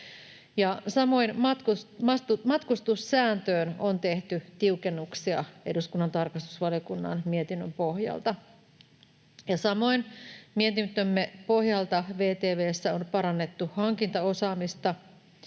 Samoin matkustussääntöön on tehty tiukennuksia eduskunnan tarkastusvaliokunnan mietinnön pohjalta. Samoin mietintömme pohjalta on VTV:ssä parannettu hankintaosaamista